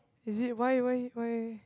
is it why why why